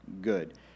good